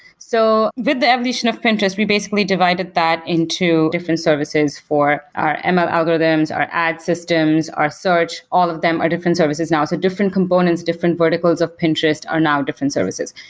so with the evolution of pinterest, we basically divided that into different services for our um ml algorithms, our ad systems, our search, all of them, our different services now. so different components, different verticals of pinterest are now different services.